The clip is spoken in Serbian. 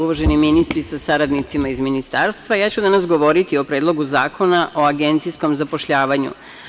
Uvaženi ministri sa saradnicima iz Ministarstva, ja ću danas govoriti o Predlogu zakona o agencijskom zapošljavanju.